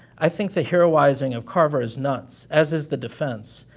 i think the heroising of carver is nuts. as is the defense.